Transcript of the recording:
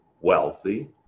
wealthy